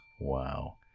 Wow